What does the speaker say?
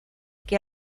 que